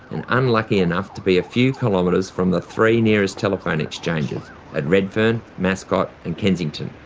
and unlucky enough to be a few kilometres from the three nearest telephone exchanges at redfern, mascot and kensington.